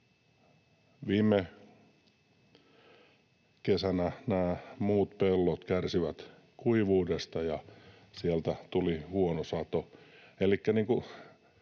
Viime kesänä nämä muut pellot kärsivät kuivuudesta ja sieltä tuli huono sato.